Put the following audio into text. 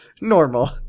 Normal